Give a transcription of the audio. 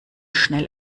schnell